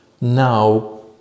now